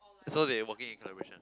so they're working in collaboration